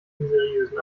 unseriösen